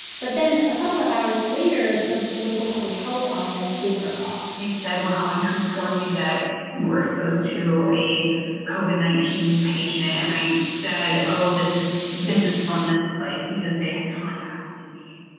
but then, a couple of hours later, the local public health office gave her a call they said, we're calling to inform you that you were exposed sort of to a covid nineteen patient. and i said, oh, this ah this is from this place because they had contacted me.